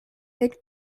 and